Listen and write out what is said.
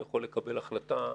הוא יכול לקבל החלטה,